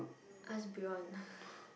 ask Bion